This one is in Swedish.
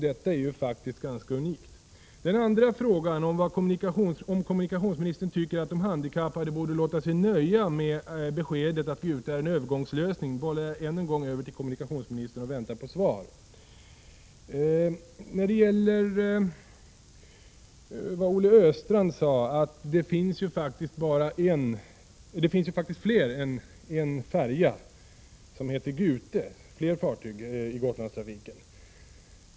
Detta är ju faktiskt ganska unikt. Den andra frågan, om kommunikationsministern tycker att de handikappade borde låta sig nöja med beskedet att Gute är en övergångslösning, sänder jag än en gång över till kommunikationsministern och väntar nu på svar. Olle Östrand sade att det faktiskt finns fler färjor än Gute-färjan i Gotlandstrafiken.